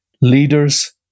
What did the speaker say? leaders